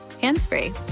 hands-free